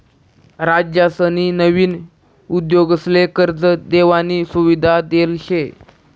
राज्यसनी नवीन उद्योगसले कर्ज देवानी सुविधा देल शे